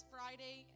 Friday